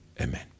Amen